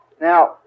now